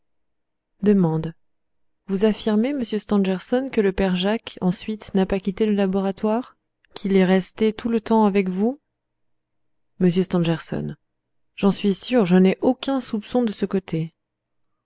vous affirmez monsieur stangerson que le père jacques ensuite n'a pas quitté le laboratoire qu'il est resté tout le temps avec vous m stangerson j'en suis sûr je n'ai aucun soupçon de ce côté